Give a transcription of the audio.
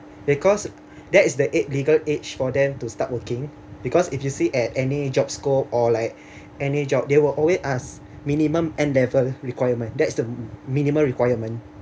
because that is the age legal age for them to start working because if you see at any job scope or like any job they'll always ask minimum N level requirement that's the minimum requirement